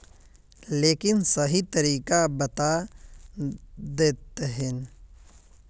लेकिन सही तरीका बता देतहिन?